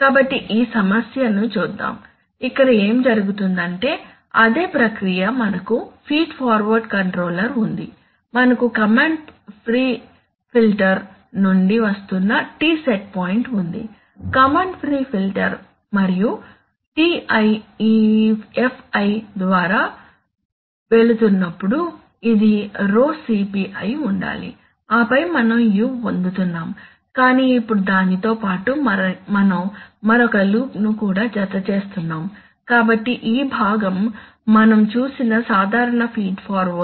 కాబట్టి ఈ సమస్యను చూద్దాం ఇక్కడ ఏమి జరుగుతుందంటే అదే ప్రక్రియ మనకు ఫీడ్ ఫార్వర్డ్ కంట్రోలర్ ఉంది మనకు కమాండ్ ప్రీ ఫిల్టర్ నుండి వస్తున్నT సెట్ పాయింట్ ఉంది కమాండ్ ప్రీ ఫిల్టర్ మరియు Ti ఈ Fi ద్వారా వెళుతున్నప్పుడు ఇది రో Cp అయి ఉండాలి ఆపై మనం u పొందుతున్నాము కానీ ఇప్పుడు దానితో పాటు మనం మరొక లూప్ను కూడా జతచేస్తున్నాము కాబట్టి ఈ భాగం మనం చూసిన సాధారణ ఫీడ్ఫార్వర్డ్